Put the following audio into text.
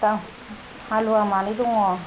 दा हालुया मानै दं